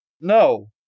No